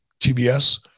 TBS